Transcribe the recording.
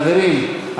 חברים,